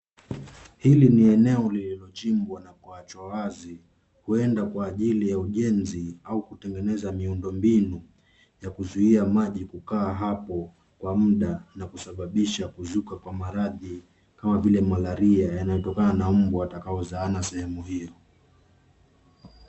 Hili ni eneo lilochimbwa na kuachwa wazi kwenda kwa ajili ya ujenzi au kutengeneza miundombinu ya kuzuia maji kukaa hapo kwa muda na kusababisha kuzuka kwa maradhi kama vile malaria yanayotokana na mbu watakaozaana sehemu hii.